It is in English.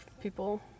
people